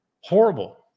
Horrible